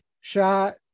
shot